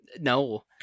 No